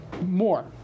more